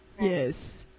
Yes